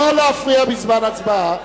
לא להפריע בזמן ההצבעה.